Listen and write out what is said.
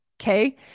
Okay